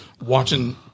watching